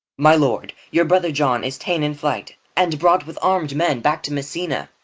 my lord, your brother john is ta'en in flight, and brought with armed men back to messina.